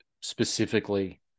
specifically